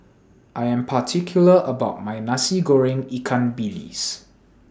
I Am particular about My Nasi Goreng Ikan Bilis